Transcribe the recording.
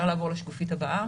בשקופית הבאה